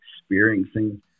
experiencing